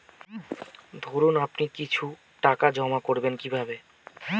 ধরুন আপনি কিছু টাকা জমা করবেন কিভাবে?